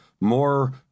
more